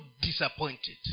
disappointed